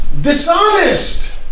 Dishonest